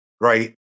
Right